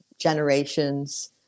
generations